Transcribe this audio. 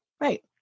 right